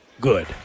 good